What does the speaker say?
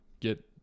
Get